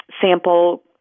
sample